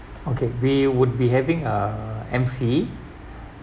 okay we would be having a M_C